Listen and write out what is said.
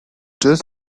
does